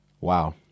Wow